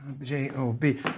J-O-B